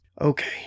okay